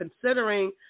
considering